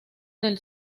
del